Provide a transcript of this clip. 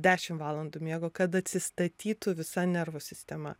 dešim valandų miego kad atsistatytų visa nervų sistema